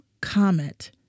comet